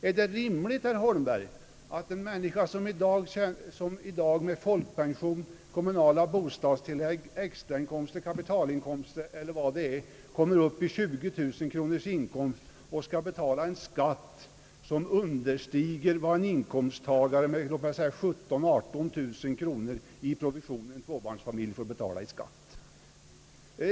Är det rimligt, herr Holmberg, att en människa som i dag med folkpension, kommunalt bostadstillägg, extrainkomster, kapitalinkomst eller vad det är kommer upp i 20 000 kronors årsinkomst skall betala en skatt som understiger vad låt mig säga en inkomsttagare med familj och två barn och 17 000 eller 18 000 kronor i inkomst betalar i skatt?